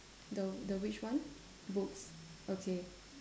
the the which one books okay